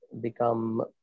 become